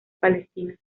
palestinos